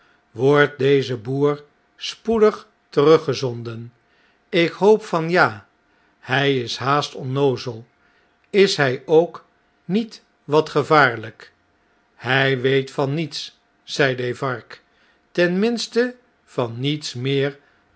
wordt deze boer spoedig teruggezonden ik hoop van ja hjj is haast onnoozel is h j ook niet wat gevaariyk hij weet van niets zei defarge ten minste van niets meer